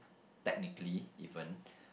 technically even